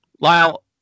Lyle